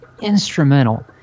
instrumental